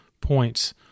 points